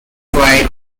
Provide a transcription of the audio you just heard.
write